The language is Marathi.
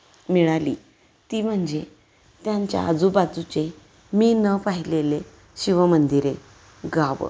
मिळाली ती म्हणजे त्यांच्या आजूबाजूची मी न पाहिलेली शिवमंदिरे गावं